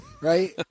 Right